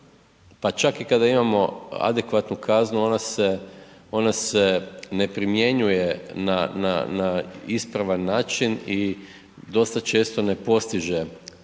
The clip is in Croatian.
pa čak i kada imamo adekvatnu kaznu, ona se, ona se ne primjenjuje na, na, na ispravan način i dosta često ne postiže na